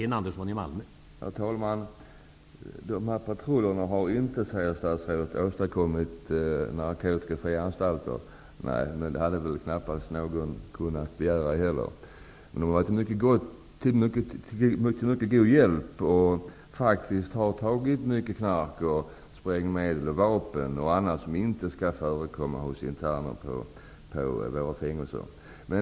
Herr talman! De här patrullerna har inte, säger statsrådet, åstadkommit narkotikafria anstalter. Nej, men det hade väl knappast någon kunnat begära heller. De har varit till mycket god hjälp och har faktiskt tagit mycket knark, sprängmedel, vapen och annat som inte skall förekomma hos interner på våra fängelser.